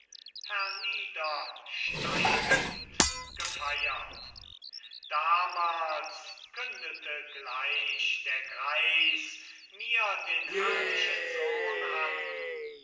herniedersteigend gefeiert damals kündete gleich der greis mir den herrlichen sohn an